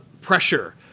pressure